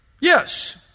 yes